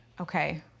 okay